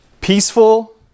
peaceful